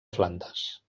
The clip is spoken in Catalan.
flandes